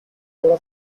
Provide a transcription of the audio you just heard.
period